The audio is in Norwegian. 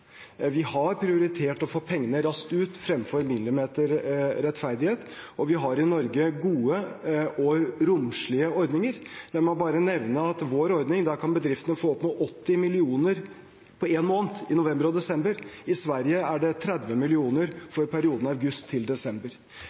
Vi har prioritert å få pengene raskt ut fremfor millimeterrettferdighet, og vi har i Norge gode og romslige ordninger. La meg bare nevne at med vår ordning kan bedriftene få over 80 mill. kr per måned i november og desember; i Sverige er det 30 mill. kr for perioden